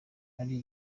ari